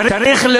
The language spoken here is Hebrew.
צריך,